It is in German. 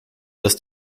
dass